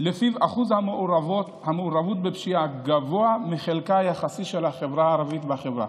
שבו שיעור המעורבות בפשיעה גבוה מחלקה היחסי של החברה הערבית בחברה,